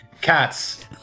Cat's